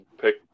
pick